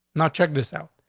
not check this out.